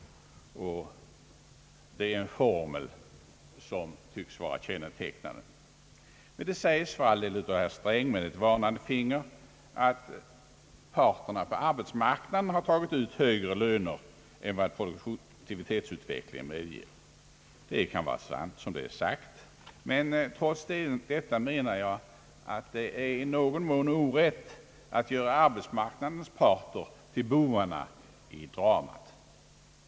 Det sägs av herr Sträng med ett varnande finger att parterna på arbetsmarknaden har tagit ut högre löner än vad produktivitetsutvecklingen medger. Det är så sant som det är sagt, men trots detta menar jag att det är i någon mån orätt att göra arbetsmarknadens parter till bovarna i dramat.